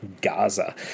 Gaza